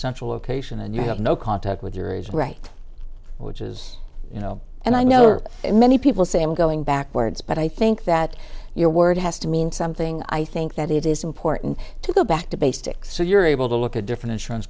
central location and you have no contact with your agent right which is you know and i know there are many people say i'm going backwards but i think that your word has to mean something i think that it is important to go back to basics so you're able to look at different insurance